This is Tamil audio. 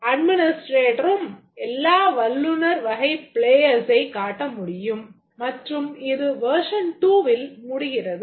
administrator ம் எல்லா வல்லுநர் வகைப் players ஐக் காட்ட முடியும் மற்றும் இது version 2வில் முடிகிறது